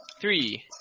Three